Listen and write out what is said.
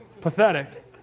Pathetic